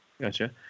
Gotcha